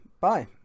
Bye